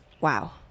Wow